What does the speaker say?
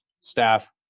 staff